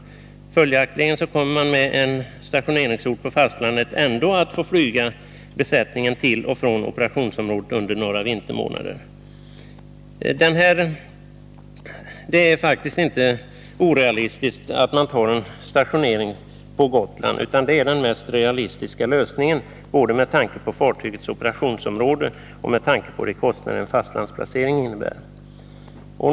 Följaktligen kommer man med en stationeringsort på fastlandet ändå att få flyga besättningen till och från operationsområdena under några vintermånader. Det är faktiskt inte orealistiskt att ha båten stationerad på Gotland. Det är den mest realistiska lösningen både med tanke på fartygets operationsområde och med tanke på de kostnader en fastlandsplacering innebär.